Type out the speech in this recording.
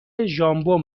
ژامبون